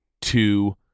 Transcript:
two